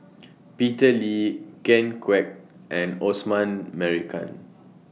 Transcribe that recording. Peter Lee Ken Kwek and Osman Merican